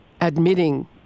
admitting